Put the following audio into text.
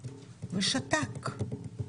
ושתק,